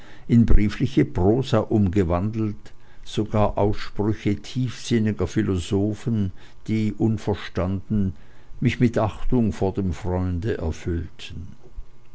in briefliche prosa umgewandelt sogar aussprüche tiefsinniger philosophen die unverstanden mich mit achtung vor dem freunde erfüllten